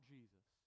Jesus